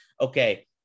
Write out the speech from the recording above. Okay